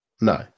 No